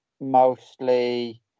mostly